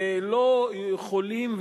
ולא יכולים,